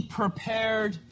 prepared